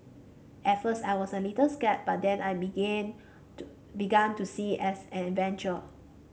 at first I was a little scared but then I begin to began to see it as an adventure